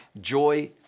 Joy